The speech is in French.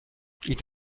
ils